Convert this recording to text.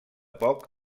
poc